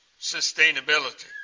sustainability